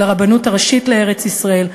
של הרבנות הראשית לארץ-ישראל,